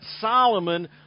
Solomon